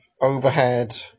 overhead